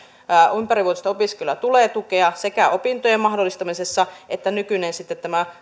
ympärivuotista opiskelua tulee tukea opintojen mahdollistamisessa ja sitten tämä